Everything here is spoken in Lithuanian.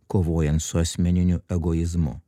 kovojant su asmeniniu egoizmu